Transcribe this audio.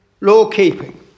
law-keeping